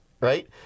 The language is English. right